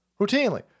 Routinely